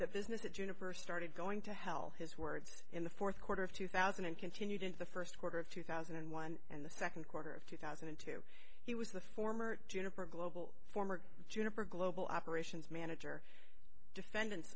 juniper started going to hell his words in the fourth quarter of two thousand and continued into the first quarter of two thousand and one and the second quarter of two thousand and two he was the former juniper global former juniper global operations manager defendant